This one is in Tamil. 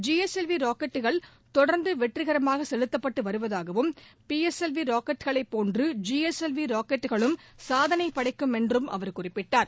ஜி எஸ் எல் வி ராக்கெட்டுக்கள் தொடர்ந்து வெற்றிகரமாக செலுத்தப்பட்டு வருவதாகவும் பி எஸ் எல் வி ராக்கெட்டுக்களைப் போன்று ஜி எஸ் எல் வி ராக்கெட்டுக்களும் சாதனை படைக்கும் என்றும் அவர் குறிப்பிட்டார்